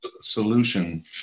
solution